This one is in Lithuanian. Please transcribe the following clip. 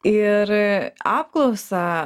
ir apklausą